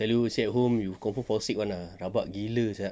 I tell you stay at home you confirm fall sick [one] ah rabak gila sia